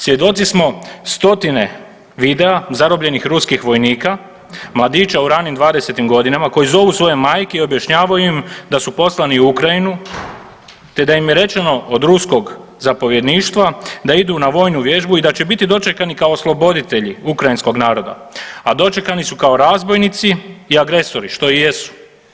Svjedoci smo stotine videa zarobljenih ruskih vojnika, mladića u ranim dvadesetim godinama koji zovu svoje majke i objašnjavaju im da su poslani u Ukrajinu, te da im je rečeno od ruskog zapovjedništva da idu na vojnu vježbu i da će biti dočekani kao osloboditelji Ukrajinskog naroda, a dočekani su kao razbojnici i agresori što i jesu.